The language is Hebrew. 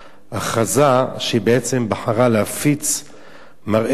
הכרזה שהיא בעצם בחרה להפיץ מראה דמות,